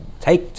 Take